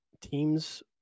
teams